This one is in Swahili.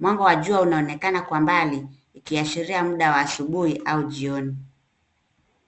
Mwanga wa jua unaonekana kwa mbali, ikiashiriria muda wa asubuhi au jioni.